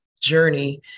journey